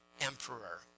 emperor